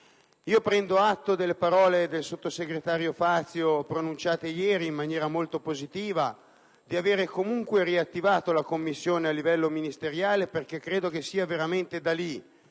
Prendo atto delle parole del sottosegretario Fazio, pronunciate ieri in maniera molto positiva, di avere comunque riattivato la Commissione a livello ministeriale perché credo che sia veramente da lì